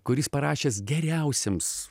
kuris parašęs geriausiems